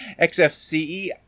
xfce